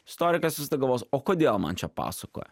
istorikas visada galvos o kodėl man čia pasakoja